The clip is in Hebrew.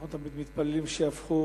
אנחנו תמיד מתפללים שיהפכו,